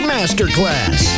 Masterclass